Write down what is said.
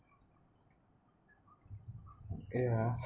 yeah